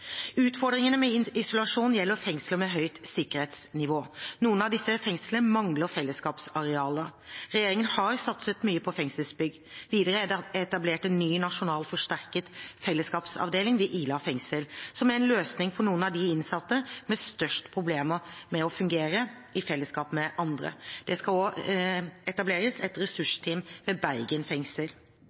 med andre innsatte. Utfordringene med isolasjon gjelder fengsler med høyt sikkerhetsnivå. Noen av disse fengslene mangler fellesskapsarealer. Regjeringen har satset mye på fengselsbygg. Videre er det etablert en ny nasjonal forsterket fellesskapsavdeling ved Ila fengsel, som en løsning for noen av de innsatte med størst problemer med å fungere i fellesskap med andre. Det skal også etableres et ressursteam ved Bergen fengsel.